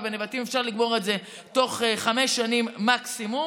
ובנבטים אפשר לגמור את זה תוך חמש שנים מקסימום.